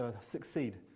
succeed